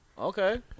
Okay